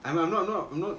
I'm I'm not not